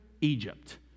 Egypt